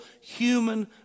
human